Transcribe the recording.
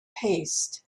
paste